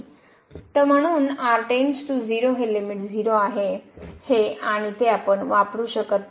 तर म्हणून r → 0 हे लिमिट 0 आहे हे आणि ते आपण वापरु शकत नाही